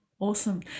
Awesome